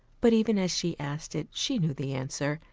but even as she asked it, she knew the answer,